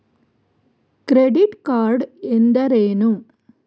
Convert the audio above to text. Credit card ಎಂದರೇನು?